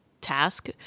task